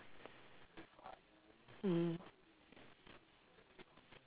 mm